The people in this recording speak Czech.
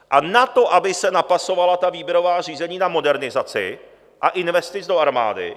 A na to aby se napasovala ta výběrová řízení na modernizaci a investic do armády.